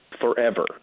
forever